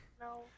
No